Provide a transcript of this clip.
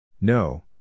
No